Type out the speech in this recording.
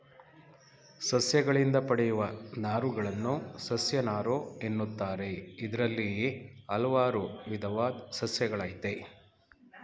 ಸಸ್ಯಗಳಿಂದ ಪಡೆಯುವ ನಾರುಗಳನ್ನು ಸಸ್ಯನಾರು ಎನ್ನುತ್ತಾರೆ ಇದ್ರಲ್ಲಿ ಹಲ್ವಾರು ವಿದವಾದ್ ಸಸ್ಯಗಳಯ್ತೆ